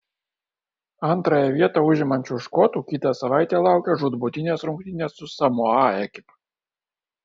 antrąją vietą užimančių škotų kitą savaitę laukią žūtbūtinės rungtynės su samoa ekipa